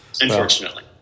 Unfortunately